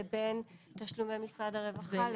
לבין תשלומי משרד הרווחה.